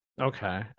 okay